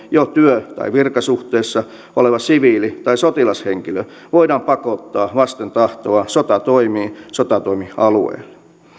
jo työ tai virkasuhteessa oleva siviili tai sotilashenkilö voidaan pakottaa vasten tahtoaan sotatoimiin sotatoimialueelle